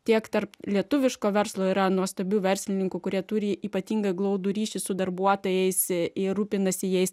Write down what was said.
tiek tarp lietuviško verslo yra nuostabių verslininkų kurie turi ypatingą glaudų ryšį su darbuotojais ir rūpinasi jais